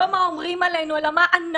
לא מה אומרים עלינו, אלא מה אנחנו.